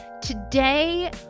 Today